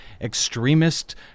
extremist